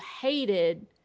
hated